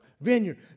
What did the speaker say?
vineyard